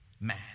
man